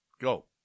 go